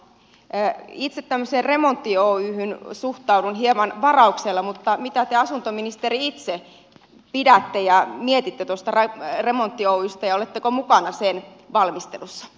itse suhtaudun tämmöiseen remontti oyhyn hieman varauksella mutta mitä te asuntoministeri itse pidätte ja mietitte tuosta remontti oystä ja oletteko mukana sen valmistelussa